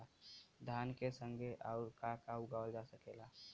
धान के संगे आऊर का का उगावल जा सकेला?